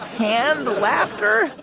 canned laughter?